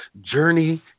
Journey